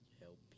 help